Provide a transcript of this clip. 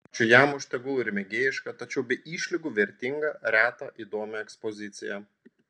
ačiū jam už tegul ir mėgėjišką tačiau be išlygų vertingą retą įdomią ekspoziciją